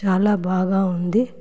చాలా బాగా ఉంది